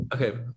Okay